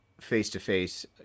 face-to-face